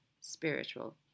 spiritual